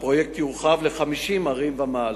הפרויקט יורחב ל-50 ערים ומעלה.